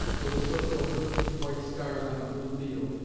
with a circle of thirteen white stars on a blue field,